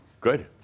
Good